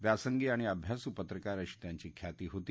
व्यासंगी आणि अभ्यासू पत्रकार अशी त्यांची ख्याती होती